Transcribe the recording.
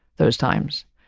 those times,